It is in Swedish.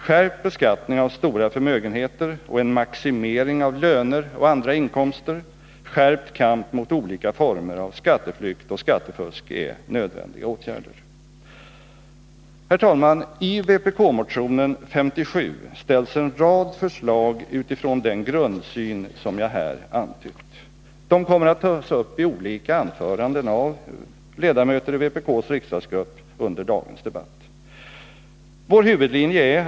Skärpt beskattning av stora förmögenheter och en maximering av löner och andra inkomster, skärpt kamp mot olika former av skatteflykt och skattefusk är nödvändiga åtgärder. Herr talman! I vpk-motion 57 ställs en rad förslag utifrån den grundsyn som jag här antytt — det kommer att tas upp i olika anföranden av andra vpk-ledamöter.